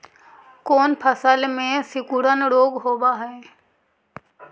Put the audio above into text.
कोन फ़सल में सिकुड़न रोग होब है?